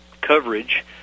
coverage